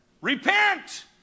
Repent